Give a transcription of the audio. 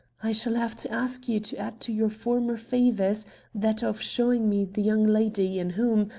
i shall have to ask you to add to your former favors that of showing me the young lady in whom,